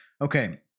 Okay